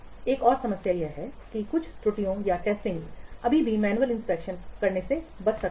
एक और समस्या यह है कि कुछ त्रुटियों का टेस्टिंग अभी भी मैनुअल इंस्पेक्शन करने से बच सकता है